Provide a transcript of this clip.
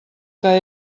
que